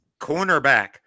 cornerback